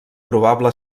probable